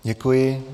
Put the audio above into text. Děkuji.